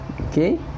okay